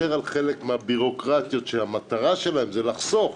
על חלק מהבירוקרטיות שהמטרה שלהן היא לחסוך,